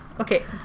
Okay